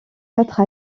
quatre